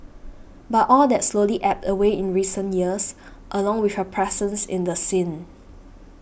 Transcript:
but all that slowly ebbed away in recent years along with her presence in the scene